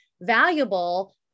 valuable